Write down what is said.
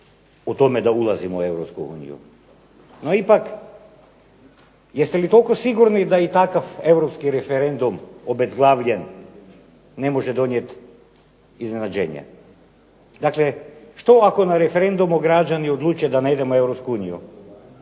o tome da ulazimo u Europsku uniju. No, ipak jeste li toliko sigurni da i takav europski referendum obezglavljen ne može donijeti iznenađenje. Dakle, što ako na referendumu građani odluče da ne idemo u